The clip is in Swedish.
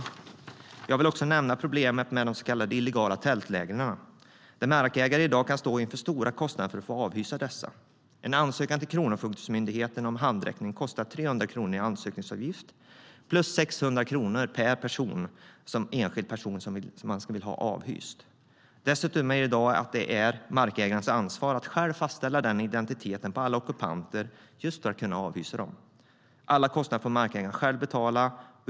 Jag vill också nämna problemet med de så kallade illegala tältlägren där markägare i dag kan stå inför stora kostnader för att få avhysa dessa. En ansökan till Kronofogdemyndigheten om handräckning kostar 300 kronor i ansökningsavgift plus 600 kronor per enskild person som man vill ha avhyst. Dessutom är det i dag markägarens ansvar att själv fastställa identiteten på alla ockupanter just för att kunna avhysa dem. Alla kostnader får markägaren själv betala.